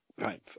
right